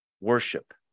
Worship